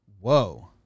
Whoa